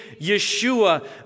Yeshua